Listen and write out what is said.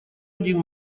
один